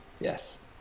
Yes